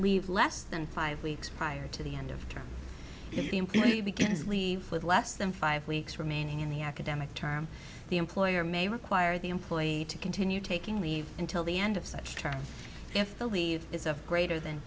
leave less than five weeks prior to the end of term the employee begins leave with less than five weeks remaining in the academic term the employer may require the employee to continue taking leave until the end of such term if the leave is of greater than